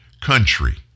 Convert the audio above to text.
country